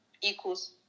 equals